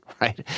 right